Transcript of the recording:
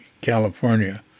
California